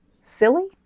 silly